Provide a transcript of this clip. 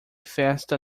festa